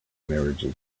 marriages